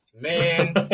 Man